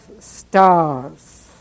stars